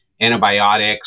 antibiotics